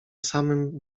samym